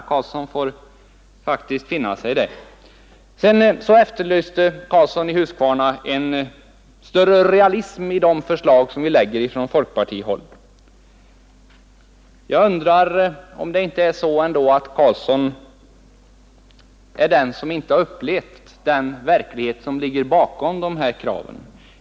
Herr Karlsson får faktiskt finna sig i det. Herr Karlsson efterlyste en större realism i de förslag som framläggs från folkpartihåll. Jag undrar om inte herr Karlsson ändå är den som inte har upplevt den verklighet som ligger bakom kraven.